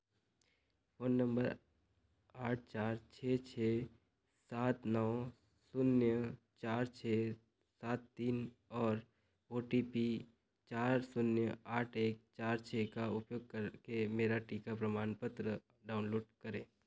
phone number आठ चार छः छः सात नौ शून्य चार छः सात तीन और ओ टी पी चार शून्य आठ एक चार छः का उपयोग करके मेरा टीका प्रमाणपत्र डाउनलोड करें